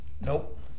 Nope